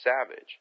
Savage